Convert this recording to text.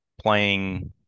playing